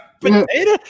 potato